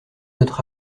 notre